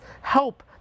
help